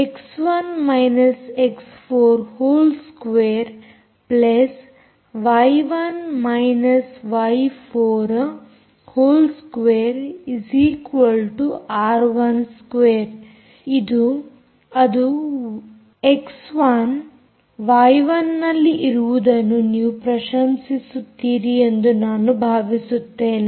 x one x four 2 y one ವೈ4 2 r one 2 ಅದು x one y one ನಲ್ಲಿ ಇರುವುದನ್ನು ನೀವು ಪ್ರಶಂಸಿಸುತ್ತೀರಿ ಎಂದು ನಾನು ಭಾವಿಸುತ್ತೇನೆ